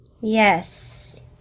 yes